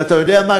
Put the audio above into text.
ואתה יודע מה,